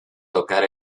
tocar